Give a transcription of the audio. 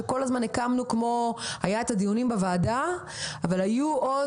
שבמסגרתו היו את הדיונים בוועדה ולצידם היו עוד